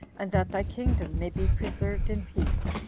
and that thy kingdom may be preserved in peace,